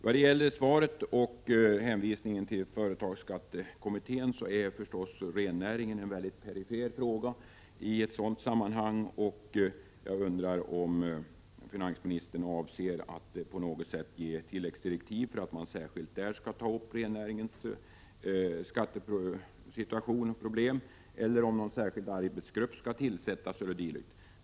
Med anledning av hänvisningen i svaret till företagsskattekommittén vill jag säga att rennäringen är en mycket perifer fråga i det sammanhanget. Jag undrar därför om finansministern avser att på något sätt ge tilläggsdirektiv till kommittén för att denna särskilt skall kunna ta upp rennäringens problem, om någon särskild arbetsgrupp skall tillsättas e. d.